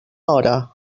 hora